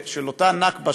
של אותה נכבה,